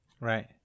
Right